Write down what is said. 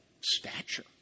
stature